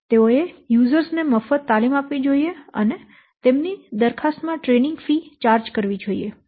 તેઓએ યુઝર્સ ને મફત તાલીમ આપવી જોઈએ અને તેમની દરખાસ્ત માં ટ્રેનિંગ ફી ચાર્જ કરવી જોઈએ